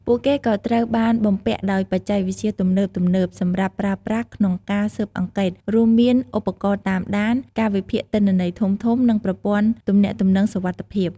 ពួកគេក៏ត្រូវបានបំពាក់ដោយបច្ចេកវិទ្យាទំនើបៗ សម្រាប់ប្រើប្រាស់ក្នុងការស៊ើបអង្កេត រួមមានឧបករណ៍តាមដាន ការវិភាគទិន្នន័យធំៗ និងប្រព័ន្ធទំនាក់ទំនងសុវត្ថិភាព។